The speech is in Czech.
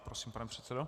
Prosím, pane předsedo.